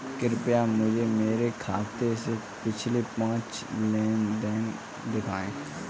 कृपया मुझे मेरे खाते से पिछले पाँच लेन देन दिखाएं